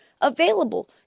available